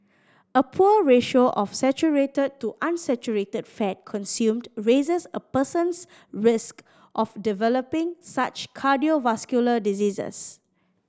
a poor ratio of saturated to unsaturated fat consumed raises a person's risk of developing such cardiovascular diseases